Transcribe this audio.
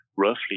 Roughly